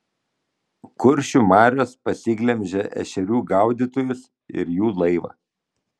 kuršių marios pasiglemžė ešerių gaudytojus ir jų laivą